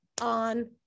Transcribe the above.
on